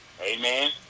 Amen